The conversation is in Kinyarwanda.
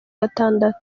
gatandatu